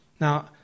Now